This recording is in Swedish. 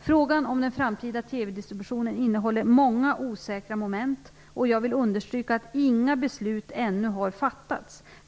Frågan om den framtida TV-distributionen innehåller många osäkra moment. Jag vill understryka att inga beslut ännu har fattats.